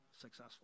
successful